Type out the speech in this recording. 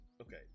Okay